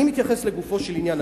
אני מתייחס לגופו של עניין,